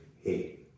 hey